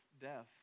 death